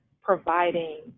providing